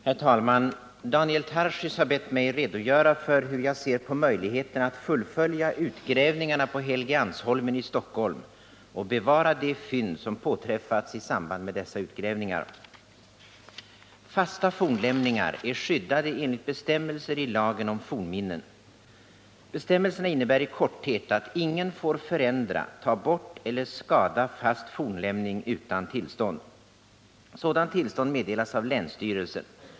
Herr talman! Daniel Tarschys har bett mig redogöra för hur jag ser på möjligheterna att fullfölja utgrävningarna på Helgeandsholmen i Stockholm och bevara de fynd som påträffats i samband med dessa utgrävningar. Fasta fornlämningar är skyddade enligt bestämmelser i lagen om fornminnen. Bestämmelserna innebär i korthet att ingen får förändra, ta bort eller skada fast fornlämning utan tillstånd. Sådant tillstånd meddelas av länsstyrelsen.